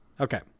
okay